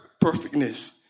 perfectness